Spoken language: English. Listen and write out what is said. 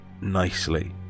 nicely